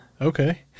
Okay